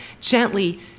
Gently